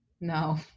no